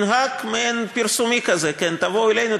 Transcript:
מנהג מעין-פרסומי כזה: תבואו אלינו,